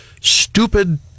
stupid